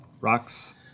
Rocks